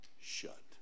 shut